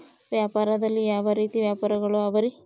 ವ್ಯಾಪಾರದಲ್ಲಿ ಯಾವ ರೇತಿ ವ್ಯಾಪಾರಗಳು ಅವರಿ?